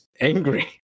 angry